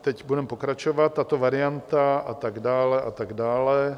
Teď budeme pokračovat: tato varianta, a tak dále, a tak dále.